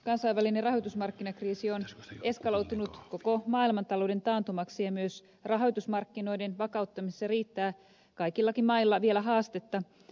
kansainvälinen rahoitusmarkkinakriisi on eskaloitunut koko maailmantalouden taantumaksi ja myös rahoitusmarkkinoiden vakauttamisessa riittää kaikillakin mailla vielä haastetta